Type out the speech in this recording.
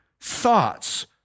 thoughts